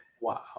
wow